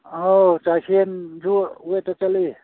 ꯑꯧ ꯆꯥꯏꯁꯦꯟꯁꯨ ꯋꯦꯠꯇ ꯆꯠꯂꯤ